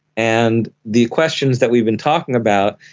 and the questions that we've been talking about,